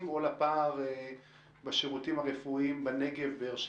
או לפער בשירותים הרפואיים בנגב ובבאר שבע.